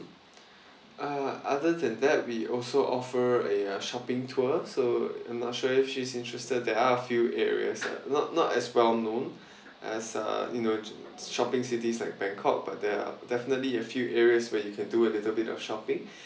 uh other than that we also offer a shopping tour so I'm not sure if she's interested there are a few areas not not as well known as uh you know shopping cities like bangkok but there are definitely a few areas where you can do a little bit of shopping